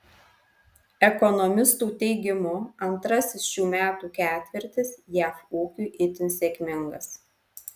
ekonomistų teigimu antrasis šių metų ketvirtis jav ūkiui itin sėkmingas